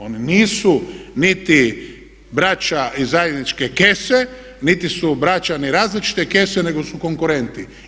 Oni nisu niti braća iz zajedničke kese, niti su braća ni različite kese, nego su konkurenti.